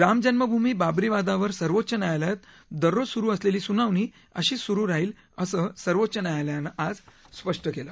रामजन्मभी बाबरी वादावर सर्वोच्च न्यायालयात दररोज सुरु असलेली सुनावणी अशीच सुरु राहील असं सर्वोच्च न्यायालयानं आज स्पष्ट केलं